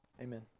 Amen